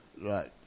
Right